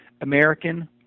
American